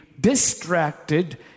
distracted